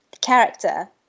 character